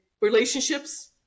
relationships